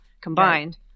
combined